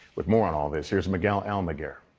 with more on all this, here is miguel almaguer.